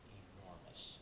enormous